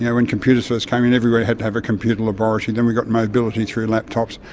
when computers first came in everywhere had to have a computer laboratory, then we got mobility through laptops,